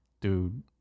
dude